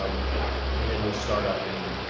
um and then we'll start up in